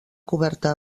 coberta